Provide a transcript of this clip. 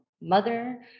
mother